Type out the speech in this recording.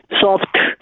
soft